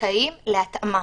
זכאים להתאמה.